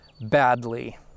badly